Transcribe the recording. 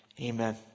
Amen